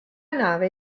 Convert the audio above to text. nave